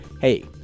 Hey